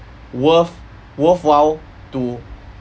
worth worthwhile to